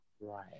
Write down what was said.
right